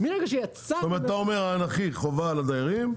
מרגע ש -- אתה אומר שהאנכי חובה על הדיירים,